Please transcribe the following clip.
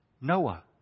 Noah